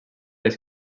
les